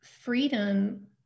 freedom